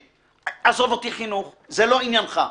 עזוב אותי חינוך, זה לא עניינך.